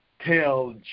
tell